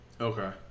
Okay